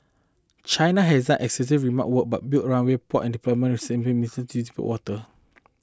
China has done extensive remark work but built runway port and the disputed water